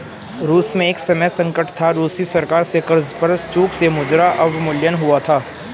रूस में एक समय संकट था, रूसी सरकार से कर्ज पर चूक से मुद्रा अवमूल्यन हुआ था